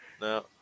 No